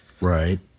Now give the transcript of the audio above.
Right